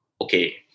okay